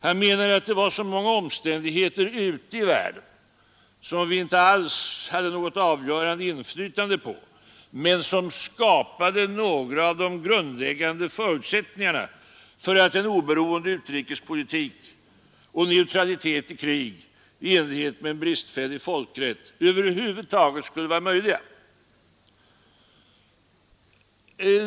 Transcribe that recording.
Han menade att det var så många omständigheter ute i världen som vi inte alls hade något avgörande inflytande på men som skapade några av de grundläggande förutsättningarna för att en oberoende utrikespolitik och neutralitet i krig i enlighet med en bristfällig folkrätt över huvud taget skulle vara möjliga.